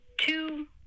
Two